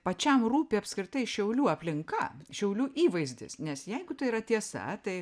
pačiam rūpi apskritai šiaulių aplinka šiaulių įvaizdis nes jeigu tai yra tiesa tai